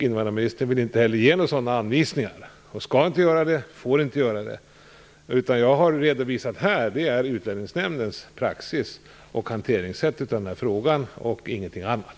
Invandrarministern vill inte heller ge några sådana anvisningar, och han skall inte och får inte göra det. Vad jag har redovisat här är Utlänningsnämndens praxis för hanteringen av dessa frågor, ingenting annat.